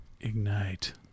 Ignite